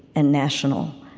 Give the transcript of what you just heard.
and national.